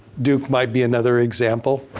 duke might be another example.